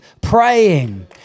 praying